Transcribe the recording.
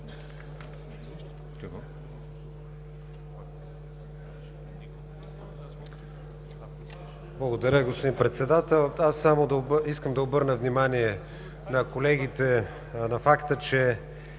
Благодаря, господин Председател. Аз само искам да обърна внимание на колегите на факта, че